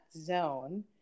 zone